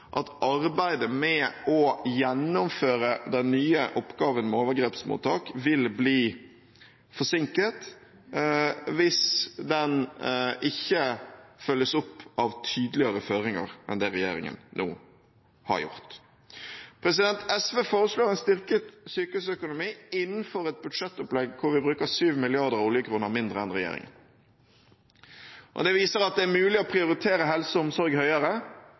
at arbeidet med å gjennomføre den nye oppgaven med overgrepsmottak vil bli forsinket hvis den ikke følges opp av tydeligere føringer enn det regjeringen nå har gjort. SV foreslår en styrket sykehusøkonomi innenfor et budsjettopplegg der vi bruker 7 mrd. oljekroner mindre enn regjeringen. Det viser at det er mulig å prioritere helse og omsorg høyere,